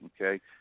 okay